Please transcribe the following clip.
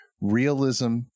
realism